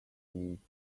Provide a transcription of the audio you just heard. hesse